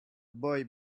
boy